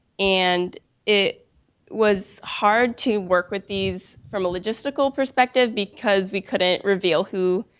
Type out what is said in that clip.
and it was hard to work with these from a logistical perspective because we couldn't reveal who